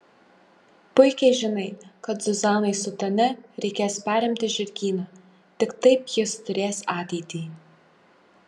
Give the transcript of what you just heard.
puikiai žinai kad zuzanai su tania reikės perimti žirgyną tik taip jis turės ateitį